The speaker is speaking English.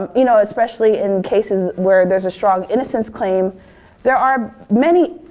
um you know, especially in cases where there's a strong innocence claim there are many,